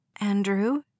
Andrew